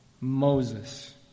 Moses